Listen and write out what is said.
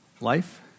Life